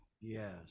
Yes